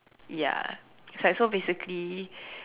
ya it's like so basically